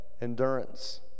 endurance